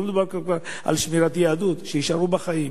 לא מדובר כבר על שמירת יהדות, שיישארו בחיים.